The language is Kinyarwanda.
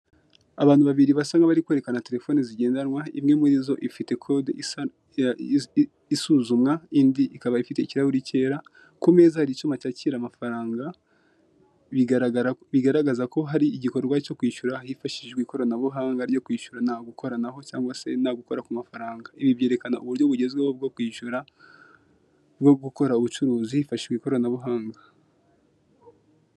Abantu babiri basa nk'abari kwerekana telefoni zigendanwa imwe muri zo ifite kode isuzumwa, indi ikaba ifite ikirahuri cyera. Ku meza hari icyuma cyakira amafaranga bigaragaza ko hari igikorwa cyo kwishyura hifashishijwe ikoranabuhanga ryo kwishyura ntagukoranaho cyangwa se gukora ku mafaranga. Ibi byerekana uburyo bugezweho bwo kwishyura bwo gukora ubucuruzi hifashijwe ikoranabuhanga.